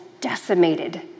decimated